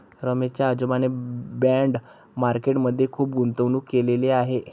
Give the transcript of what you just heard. रमेश च्या आजोबांनी bond market मध्ये खुप गुंतवणूक केलेले आहे